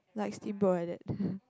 like steamboat like that